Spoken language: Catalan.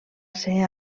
ser